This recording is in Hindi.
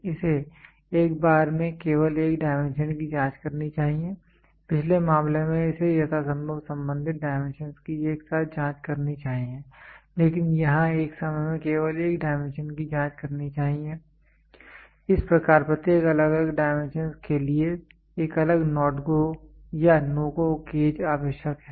इसे एक बार में केवल एक डायमेंशन की जांच करनी चाहिए पिछले मामले में इसे यथासंभव संबंधित डाइमेंशंस की एक साथ जांच करनी चाहिए लेकिन यहां एक समय में केवल एक डायमेंशन की जांच करनी चाहिए इस प्रकार प्रत्येक अलग अलग डाइमेंशंस के लिए एक अलग NOT GO या NO GO गेज आवश्यक है